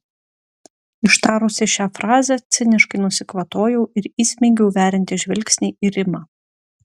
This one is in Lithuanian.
ištarusi šią frazę ciniškai nusikvatojau ir įsmeigiau veriantį žvilgsnį į rimą